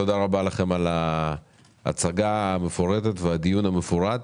תודה רבה לכם על ההצגה המפורטת ועל הדיון המפורט.